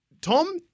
Tom